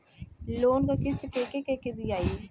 Loan क किस्त के के दियाई?